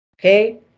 okay